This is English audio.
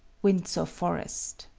windsor forest.